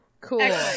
Cool